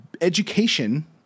education